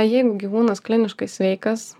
jeigu gyvūnas kliniškai sveikas